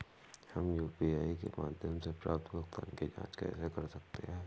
हम यू.पी.आई के माध्यम से प्राप्त भुगतान की जॉंच कैसे कर सकते हैं?